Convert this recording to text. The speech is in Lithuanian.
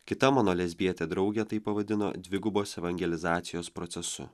kita mano lesbietė draugė tai pavadino dvigubos evangelizacijos procesu